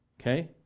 Okay